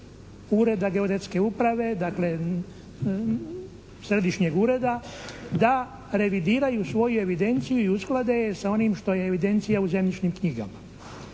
ureda Geodetske uprave, dakle Središnjeg ureda, da revidiraju svoju evidenciju i usklade je sa onim što je evidencija u zemljišnim knjigama.